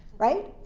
right?